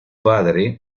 padre